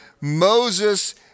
Moses